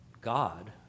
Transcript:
God